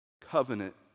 covenant